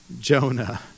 Jonah